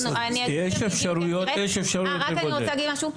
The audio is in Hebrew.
אני רק רוצה להגיד משהו,